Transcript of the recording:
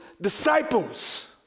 disciples